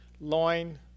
loin